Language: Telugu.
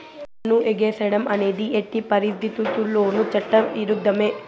పన్ను ఎగేసేడం అనేది ఎట్టి పరిత్తితుల్లోనూ చట్ట ఇరుద్ధమే